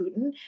Putin